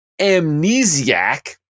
amnesiac